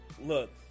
look